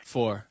Four